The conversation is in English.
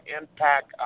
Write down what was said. impact